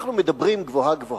אנחנו מדברים גבוהה-גבוהה.